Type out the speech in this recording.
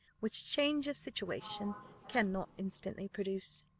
which change of situation cannot instantly produce.